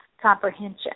comprehension